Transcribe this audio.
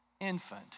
infant